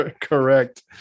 Correct